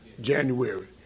January